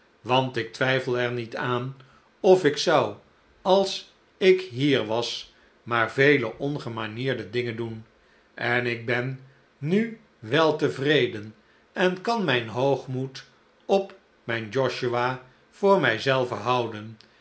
want ik twijfel er niet aan of ik zou als ik hier was maar vele ongemanierde dingen doen en ik ben nu weltevreden en kan mijn hoogmoed op mijn josiah voor mij zelve houden